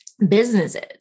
businesses